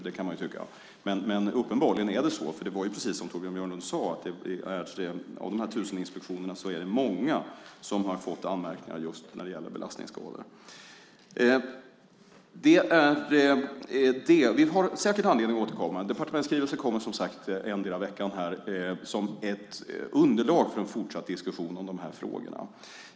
Det kan man tycka, men uppenbarligen är det så. Det är precis som Torbjörn Björlund sade, i de här 1 000 inspektionerna är det många som har fått anmärkningar när det gäller just belastningsskador. Vi får säkert anledning att återkomma. En departementsskrivelse kommer som sagt endera veckan som ett underlag för en fortsatt diskussion om de här frågorna.